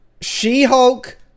She-Hulk